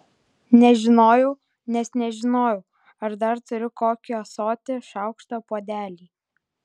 nežinojau nes nežinojau ar dar turiu kokį ąsotį šaukštą puodelį